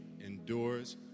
endures